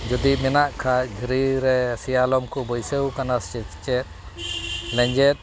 ᱡᱚᱫᱤ ᱢᱮᱱᱟᱜ ᱠᱷᱟᱡ ᱫᱷᱤᱨᱤᱨᱮ ᱥᱮᱭᱟᱞᱚᱢᱠᱚ ᱵᱟᱹᱭᱥᱟᱹᱣ ᱠᱟᱱᱟ ᱥᱮ ᱪᱮᱫ ᱞᱮᱸᱡᱮᱫ